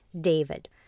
David